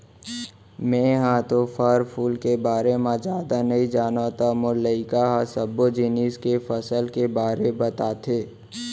मेंहा तो फर फूल के बारे म जादा नइ जानव त मोर लइका ह सब्बो जिनिस के फसल के बारे बताथे